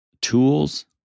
tools